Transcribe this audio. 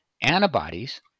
antibodies